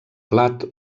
blat